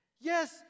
yes